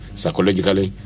psychologically